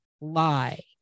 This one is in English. lie